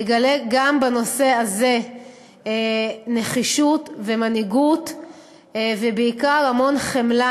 יגלה גם בנושא הזה נחישות ומנהיגות ובעיקר המון חמלה.